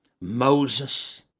Moses